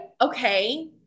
Okay